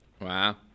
Wow